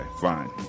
fine